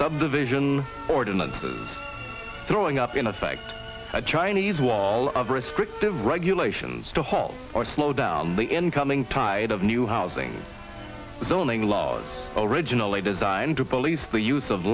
subdivision ordinances throwing up in effect a chinese wall of risk predictive regulations to halt or slow down the incoming tide of new housing zoning laws originally designed to police the use of